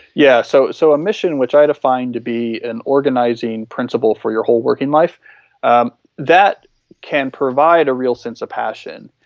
yeah. so so a mission which i defined to be an organizing principle for your whole working life um that can provide a real sense of passion,